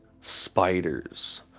spiders